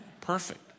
Perfect